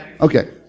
Okay